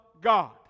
God